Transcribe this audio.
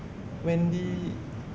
wendy